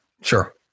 Sure